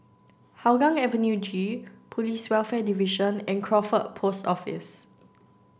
Hougang Avenue G Police Welfare Division and Crawford Post Office